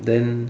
then